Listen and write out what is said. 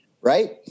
right